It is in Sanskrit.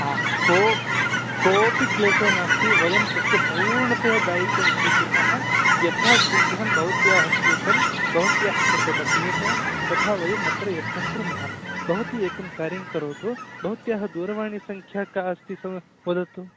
को कोपि क्लेशो नास्ति वयं तस्य पूर्णतया दायित्वं स्वीकुर्मः यथा शीघ्रं भवत्याः स्यूतं भवत्याः कृते लभ्येत तथा वयं अत्र यत्नं कुर्मः भवति एकं कार्यं करोतु भवत्याः दूरवाणीसङ्ख्या का अस्ति स् वदतु